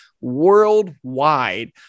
worldwide